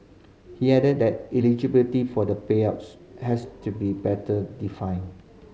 he added that eligibility for the payouts has to be better defined